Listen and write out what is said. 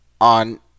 on